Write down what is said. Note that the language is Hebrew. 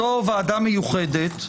זו ועדה מיוחדת,